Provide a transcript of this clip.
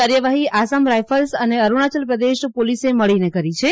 કાર્યવાઠી Assam rifles અને અરૂણાચલ પ્રદેશ પોલીસે મળીને કરી છે